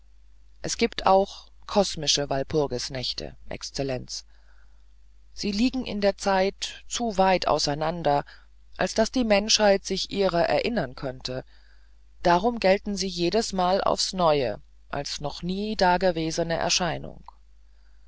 es gibt auch kosmische walpurgisnächte exzellenz sie liegen in der zeit zu weit auseinander als daß die menschheit sich ihrer erinnern könnte darum gelten sie jedesmal aufs neue noch nie dagewesene erscheinung